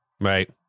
Right